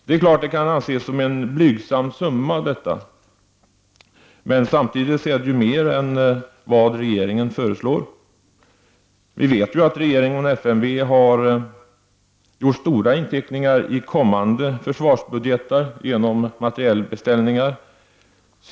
Det är klart att det kan anses vara en blygsam summa, men samtidigt är det ju mer än vad regeringen föreslår. Vi vet att regeringen och FMV har gjort stora inteckningar i kommande försvarsbudgetar genom materielbeställningar.